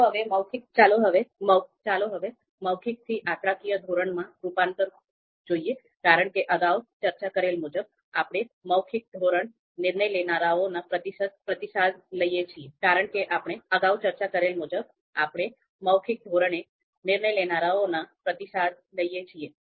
ચાલો હવે મૌખિકથી આંકડાકીય ધોરણમાં રૂપાંતર જોઈએ કારણ કે અગાઉ ચર્ચા કરેલ મુજબ આપણે મૌખિક ધોરણે નિર્ણય લેનારાઓના પ્રતિસાદ લઈએ છીએ